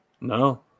no